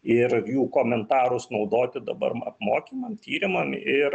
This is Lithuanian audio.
ir jų komentarus naudoti dabar apmokymam tyrimam ir